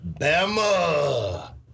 Bama